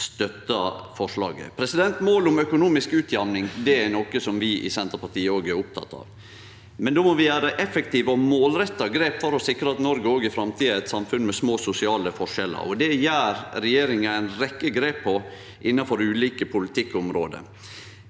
støttar forslaget. Målet om økonomisk utjamning er noko som òg vi i Senterpartiet er opptekne av, men då må vi gjere effektive og målretta grep for å sikre at Noreg også i framtida er eit samfunn med små sosiale forskjellar. Det gjer regjeringa ei rekkje grep for innanfor ulike politikkområde,